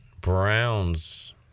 browns